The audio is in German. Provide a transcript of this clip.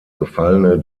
gefallene